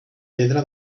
pedra